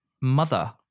Mother